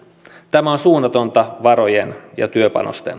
tämä on suunnatonta varojen ja työpanosten hukkausta tästä